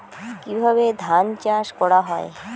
কিভাবে ধান চাষ করা হয়?